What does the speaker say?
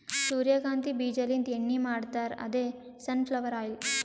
ಸೂರ್ಯಕಾಂತಿ ಬೀಜಾಲಿಂತ್ ಎಣ್ಣಿ ಮಾಡ್ತಾರ್ ಅದೇ ಸನ್ ಫ್ಲವರ್ ಆಯಿಲ್